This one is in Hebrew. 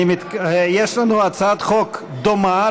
יש לנו הצעת חוק דומה,